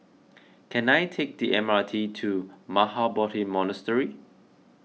can I take the M R T to Mahabodhi Monastery